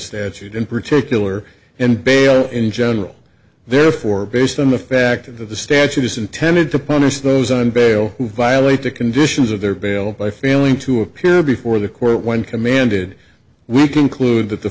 statute in particular and bail in general therefore based on the fact of the statute is intended to punish those on bail who violate the conditions of their bail by failing to appear before the court when commanded we conclude that the